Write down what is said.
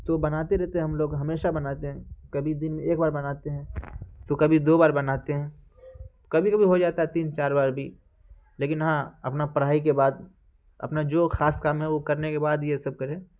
تو بناتے رہتے ہم لوگ ہمیشہ بناتے ہیں کبھی دن میں ایک بار بناتے ہیں تو کبھی دو بار بناتے ہیں کبھی کبھی ہو جاتا ہے تین چار بار بھی لیکن ہاں اپنا پڑھائی کے بعد اپنا جو خاص کام ہے وہ کرنے کے بعد یہ سب کریں